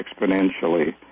exponentially